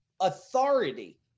authority